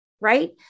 right